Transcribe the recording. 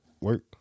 work